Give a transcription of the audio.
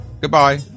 Goodbye